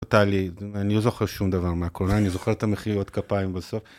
טלי, אני לא זוכר שום דבר מהקורונה, אני זוכר את המחיאות כפיים בסוף.